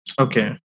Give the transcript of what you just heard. okay